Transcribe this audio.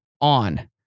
on